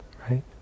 right